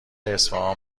اصفهان